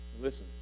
Listen